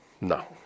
no